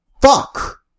Fuck